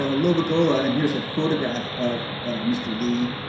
ah lobagola and here's a photograph of mr. lee